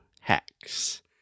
Hacks